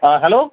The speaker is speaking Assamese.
অ হেল্ল'